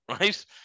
Right